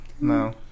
No